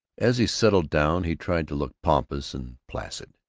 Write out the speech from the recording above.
as he settled down he tried to look pompous and placid.